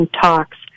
talks